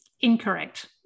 Incorrect